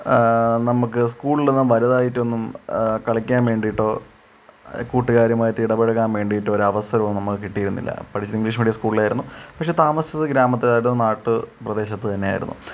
നമുക്ക് സ്കൂൾലൊന്നും വലുതായിട്ടൊന്നും കളിക്കാൻ വേണ്ടീട്ടൊ കൂട്ടുകാരുമായിട്ട് ഇടപഴകാൻ വേണ്ടീട്ടൊ ഒരവസരവൊന്നും നമുക്ക് കിട്ടിയിരുന്നില്ല പഠിച്ചതിന്ഗ്ലിഷ് മീഡ്യം സ്കൂൾലായിരുന്നു പക്ഷേ താമസിച്ചത് ഗ്രാമത്തേത് നാട്ട് പ്രദേശത്ത് തന്നെയായിരുന്നു